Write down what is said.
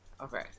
Okay